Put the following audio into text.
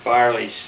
Barley